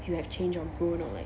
you have changed or grown or like